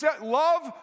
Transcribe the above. love